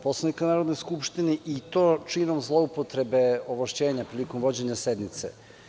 Poslovnika Narodne skupštine i to činom zloupotrebe ovlašćenja prilikom vođenja sednice.